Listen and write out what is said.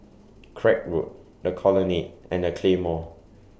Craig Road The Colonnade and The Claymore